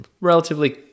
relatively